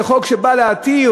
זה חוק שבא להתיר